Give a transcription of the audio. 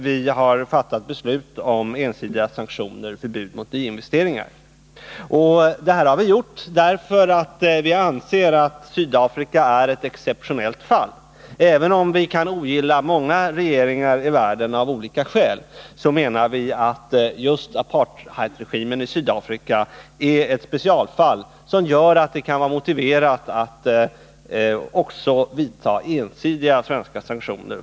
Vi har fattat beslut om ensidiga sanktioner, som förbud mot industriinvesteringar, därför att vi anser att Sydafrika är ett exceptionellt fall. Vi menar att även om vi kan ogilla många regeringar i världen av olika skäl, så är just apartheidregimen i Sydafrika ett specialfall som kan motivera att det vidtas ensidiga svenska sanktioner.